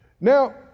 Now